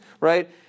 right